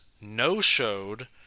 no-showed